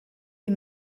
les